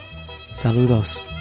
saludos